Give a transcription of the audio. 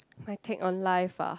my take on life ah